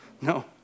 No